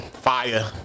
fire